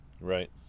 right